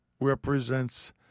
represents